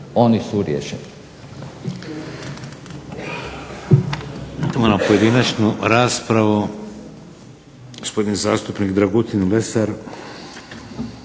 oni su riješeni.